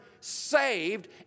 saved